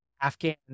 Afghan